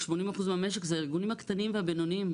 80% זה הארגונים הקטנים והבינוניים,